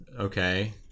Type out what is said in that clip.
okay